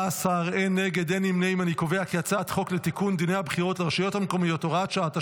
חוק לתיקון דיני הבחירות לרשויות המקומיות (הוראת שעה),